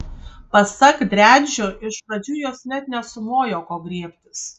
pasak driadžių iš pradžių jos net nesumojo ko griebtis